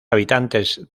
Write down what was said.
habitantes